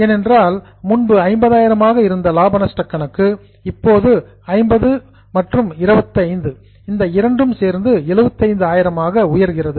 எனவே முன்பு 50000 ஆக இருந்த லாப நஷ்ட கணக்கு இப்போது 50 மற்றும் 25 இந்த இரண்டும் சேர்ந்து 75 ஆக உயர்கிறது